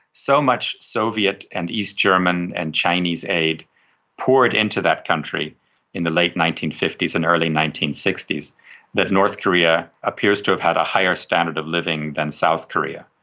so much soviet and east german and chinese aid poured into that country in the late nineteen fifty s and early nineteen sixty s that north korea appears to have had a higher standard of living than south korea,